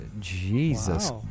Jesus